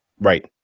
Right